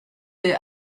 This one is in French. des